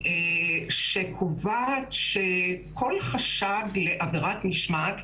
שקובעת שכל חשד לעבירת משמעת,